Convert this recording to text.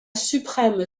suprême